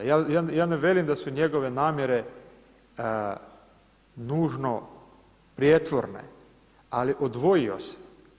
Ja ne velim da su njegove namjere nužno prijetvorne, ali odvojio se.